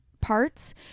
parts